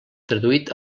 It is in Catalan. traduït